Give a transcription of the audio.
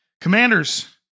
Commanders